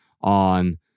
on